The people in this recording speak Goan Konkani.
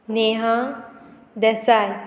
नेहा देसाय